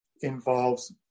involves